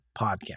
Podcast